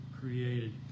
created